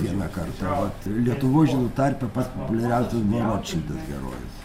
vieną kartą vat lietuvos žydų tarpe pats populiariausias buvo žydas herojus